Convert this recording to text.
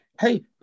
Hey